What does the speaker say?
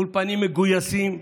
האולפנים מגויסים,